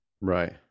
Right